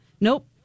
nope